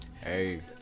Hey